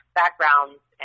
backgrounds